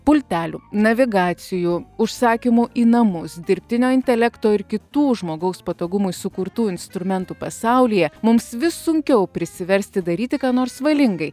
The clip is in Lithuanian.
pultelių navigacijų užsakymų į namus dirbtinio intelekto ir kitų žmogaus patogumui sukurtų instrumentų pasaulyje mums vis sunkiau prisiversti daryti ką nors valingai